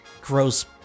gross